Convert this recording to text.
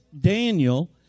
Daniel